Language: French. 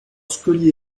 scully